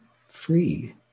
free